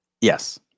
Yes